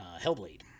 Hellblade